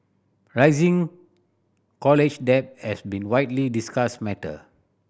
rising college debt has been widely discussed matter